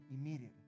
immediately